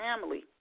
family